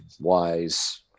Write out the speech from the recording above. wise